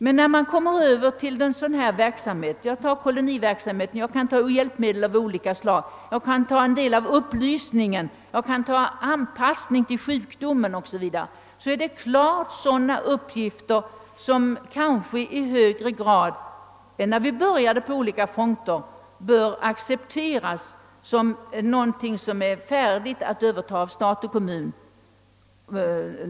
Men när det gäller exempelvis koloniverksamhet, inköp av hjälpmedel av olika slag, upplysning, anpassning till sjukdomen o.s.v. är dessa uppgifter helt klart sådana för vilka — i högre grad än när vi började arbeta på olika fronter i detta sammanhang — kostna derna bör övertas av stat och kommun.